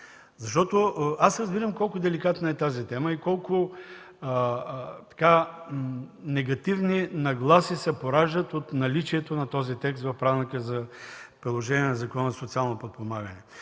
Аз разбирам колко деликатна е тази тема и колко негативни нагласи се пораждат от наличието на този текст в Правилника за приложение на Закона за социално подпомагане.